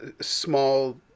small